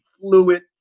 fluid